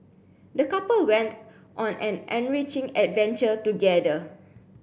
the couple went on an enriching adventure together